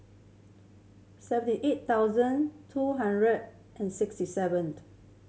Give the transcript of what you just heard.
seventy eight thousand two hundred and sixty seven